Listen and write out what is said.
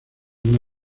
una